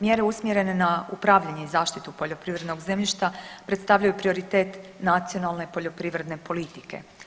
Mjere usmjerene na upravljanje i zaštitu poljoprivrednog zemljišta predstavljaju prioritet nacionalne poljoprivredne politike.